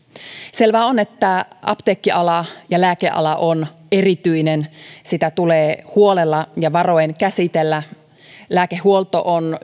selvää on että apteekkiala ja lääkeala on erityinen sitä tulee huolella ja varoen käsitellä lääkehuolto on